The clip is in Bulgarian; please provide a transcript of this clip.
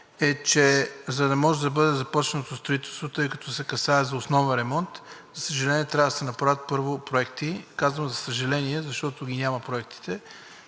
е, че за да може да бъде започнато строителство, тъй като се касае за основен ремонт, за съжаление, трябва да се направят първо проекти, казвам, за съжаление, защото ги няма проектите.